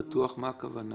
מה פירוש "פתוח"?